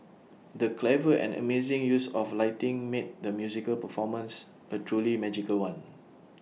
the clever and amazing use of lighting made the musical performance A truly magical one